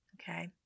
okay